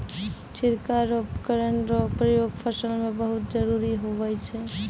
छिड़काव रो उपकरण रो प्रयोग फसल मे बहुत जरुरी हुवै छै